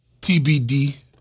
TBD